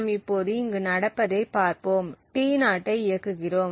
நாம் இப்போது இங்கு நடப்பதைப் பார்ப்போம் T0 ஐ இயக்குகிறோம்